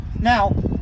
Now